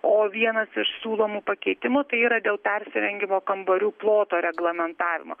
o vienas iš siūlomų pakeitimų tai yra dėl persirengimo kambarių ploto reglamentavimo